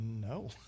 no